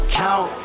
count